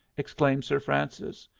exclaimed sir francis.